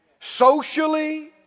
socially